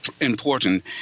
Important